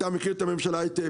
אתה מכיר את הממשלה היטב,